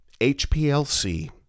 HPLC